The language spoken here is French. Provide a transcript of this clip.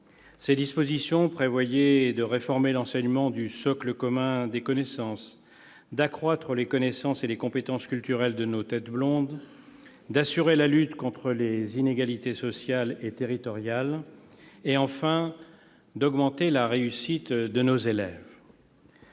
Ses dispositions tendaient à réformer l'enseignement du socle commun de connaissances, à accroître les connaissances et les compétences culturelles de nos têtes blondes, à assurer la lutte contre les inégalités sociales et territoriales et à améliorer la réussite de nos élèves.